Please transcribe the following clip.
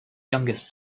youngest